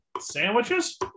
Sandwiches